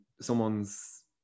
someone's